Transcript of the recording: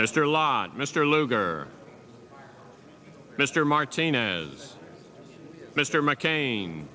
mr lott mr lugar mr martinez mr mccain